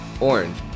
orange